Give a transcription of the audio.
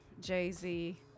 jay-z